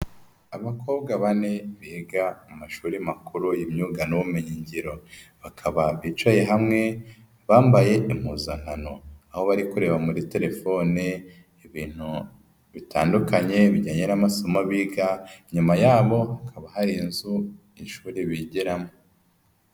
Abakobwa bane biga amashuri makuru y'imyuga n'ubumenyi ngiro, bakaba bicaye hamwe bambaye impuzankano, aho bari kureba muri telefone ibintu bitandukanye bijyanye n'amasomo biga, inyuma yabo hakaba hari inzu, ishuri bigiramo.